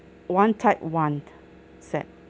one type one set